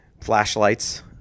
Flashlights